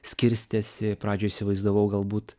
skirstėsi pradžioj įsivaizdavau galbūt